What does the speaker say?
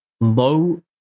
low